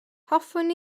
hoffwn